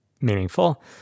meaningful